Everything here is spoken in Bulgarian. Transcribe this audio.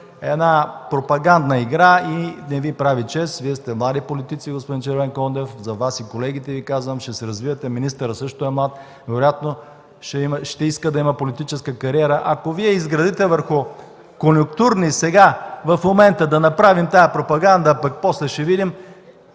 в една пропагандна игра и не Ви прави чест. Вие сте млади политици, господин Червенкондев, за Вас и колегите Ви казвам, ще се развивате, министърът също е млад, вероятно ще иска да има политическа кариера. Ако Вие изградите върху конюнктурни, сега, в момента, да направим тази пропаганда, пък после ще видим,